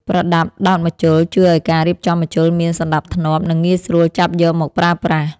ប្រដាប់ដោតម្ជុល ជួយឱ្យការរៀបចំម្ជុលមានសណ្ដាប់ធ្នាប់ និងងាយស្រួលចាប់យកមកប្រើប្រាស់។